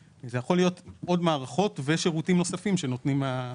אלה יכולות להיות עוד מערכות ושירותים נוספים שנותנים.